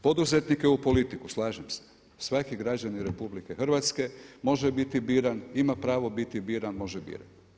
Poduzetnike u politiku slažem se, svaki građanin RH može biti biran, ima pravo biti biran, može birati.